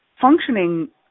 functioning